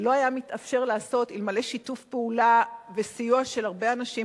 ולא היה מתאפשר לעשות זאת אלמלא שיתוף פעולה וסיוע של הרבה אנשים,